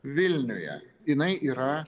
vilniuje jinai yra